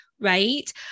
right